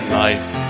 life